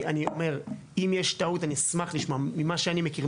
אם צריך הרחבות או פרטים נוספים,